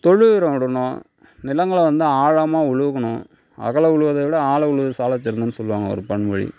தொழு உரம் இடணும் நிலங்களை வந்து ஆழமாக உழுகணும் அகல உழுவதை விட ஆழ உழுதல் சால சிறந்ததுனு சொல்லுவாங்க ஒரு பன்மொழி